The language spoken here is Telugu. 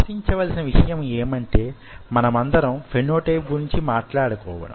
ఆశించవలసిన విషయం యేమంటే మనమందరం ఫెనో టైప్ గురించి మాట్లాడుకోవడం